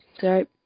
sorry